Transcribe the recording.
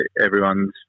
everyone's